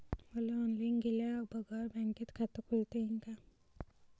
मले ऑनलाईन गेल्या बगर बँकेत खात खोलता येईन का?